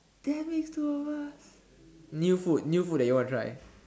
ten minutes to over new food new food that you want to try